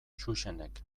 xuxenek